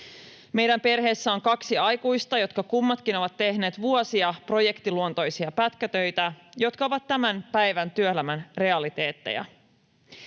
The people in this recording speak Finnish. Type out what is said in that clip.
Meidän perheessä on kaksi aikuista, jotka kummatkin ovat tehneet vuosia projektiluontoisia pätkätöitä, jotka ovat tämän päivän työelämän realiteetteja.